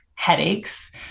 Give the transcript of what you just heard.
Headaches